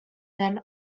then